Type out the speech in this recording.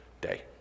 day